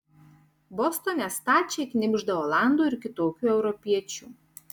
bostone stačiai knibžda olandų ir kitokių europiečių